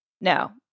no